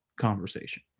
conversation